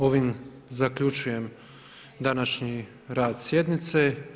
Ovim zaključujem današnji rad sjednice.